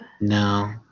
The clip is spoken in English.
No